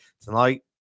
Tonight